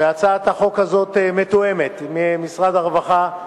הצעת החוק הזאת מתואמת עם משרד הרווחה.